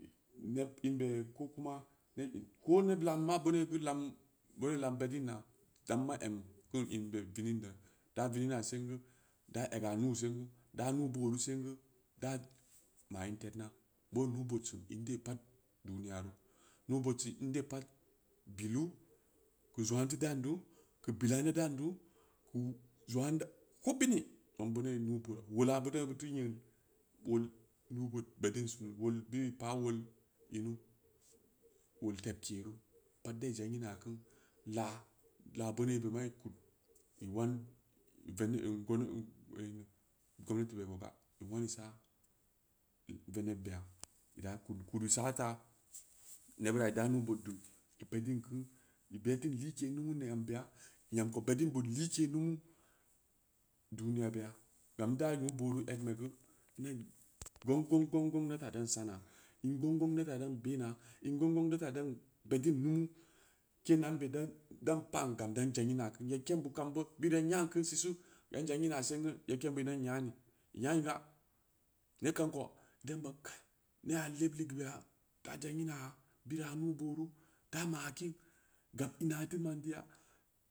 Neb in bee ko kuma, ko neu lammma beuneu gu lam beuneu lam beddin na, kamma em kim in bid vinin beya da vinina sengu, da ega nuu senga, daa nuu-booru sengu, ddaa ma’ in tednna boo naa-bood sim in dee pad duniya roo, nuu-bood sin in dee pad bilu, keu zangna n teu dan du, keu bila n teu daan du, keu zangna n ta, ko bini zang beuneu nure-bood, weula beauneu ɓuteu nyern meal nuu-bood beddin sinu weal bid i paa waal inu, weal tebke ru, pad dai zangina keu, laa, laa beuneu bee ma i kud i nwan veneb num ginu hm gannati maka i nuansa veneb beya i da kudu kudi sat aa, ne bira i daa nuu-bood deu i beddin keu, i beddin like lumu neen baya. Nyam ko beddin bu like lunu duniya beya, gam ndayi nuu-bood egn be gu, nee gong gong gong gong na taa sana, in gong gong na taa dan bena, in gang gang na taa dan beddin lumu, keen ambe dan dan pa’n gam dan zangima, neg keen bid kamgu bid yai nyakin sisu, dan zangina singu, yeb keem bid dam dan ban kai, nea lev liga yaa, da zamginaya bira nuu-booru, da maa kiin, gab ina teu ma’n teuga.